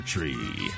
Tree